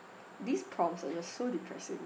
these prompts are just so depressing